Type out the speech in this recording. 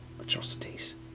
atrocities